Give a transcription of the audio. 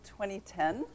2010